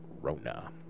Rona